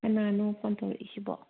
ꯀꯅꯥꯅꯣ ꯐꯣꯟ ꯇꯧꯔꯛꯂꯤꯁꯤꯕꯣ